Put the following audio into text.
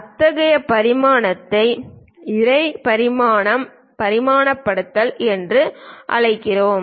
இத்தகைய பரிமாணத்தை இணை பரிமாணப்படுத்தல் என்று அழைக்கப்படுகிறது